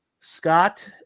Scott